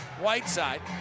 Whiteside